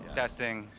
testing.